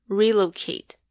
relocate